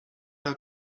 dort